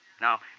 Now